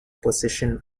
position